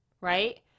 right